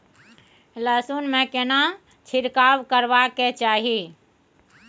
लहसुन में केना छिरकाव करबा के चाही?